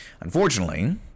Unfortunately